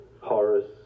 Horus